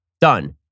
Done